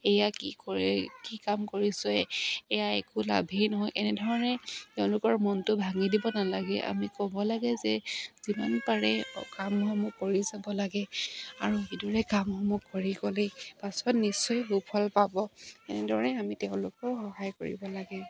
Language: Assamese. এয়া কি কৰে কি কাম কৰিছে এয়া একো লাভেই নহয় এনেধৰণে তেওঁলোকৰ মনটো ভাঙি দিব নালাগে আমি ক'ব লাগে যে যিমান পাৰে কামসমূহ কৰি যাব লাগে আৰু সেইদৰে কামসমূহ কৰি গ'লেই পাছত নিশ্চয় সুফল পাব এনেদৰে আমি তেওঁলোকৰ সহায় কৰিব লাগে